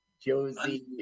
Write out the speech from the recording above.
josie